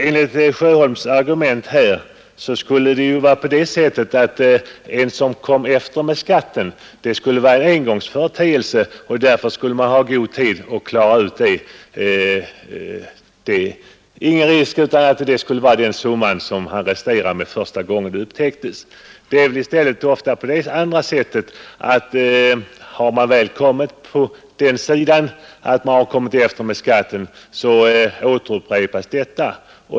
Enligt herr Sjöholms argument skulle det vara en engångsföreteelse när någon kommer efter med skatten — och därför skulle vederbörande ha god tid att klara av sina skulder; det skulle alltså inte finnas någon risk för att han resterar med större skuld än den summa det gällde första gången det hela upptäcktes. Det är väl i stället ofta tvärtom — om någon väl hamnat på den sidan att han kommit efter med skatten upprepas det.